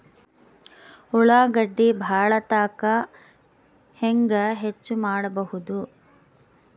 ಉಳ್ಳಾಗಡ್ಡಿ ಬಾಳಥಕಾ ಹೆಂಗ ಹೆಚ್ಚು ಮಾಡಬಹುದು?